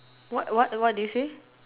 what what what did you say